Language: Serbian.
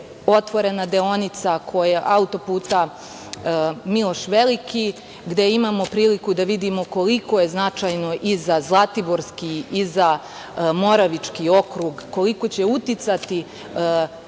otvorena deonica auto-puta "Miloš Veliki", gde imamo priliku da vidimo koliko je značajno i za Zlatiborski i za Moravički okrug, koliko će uticati